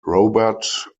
robert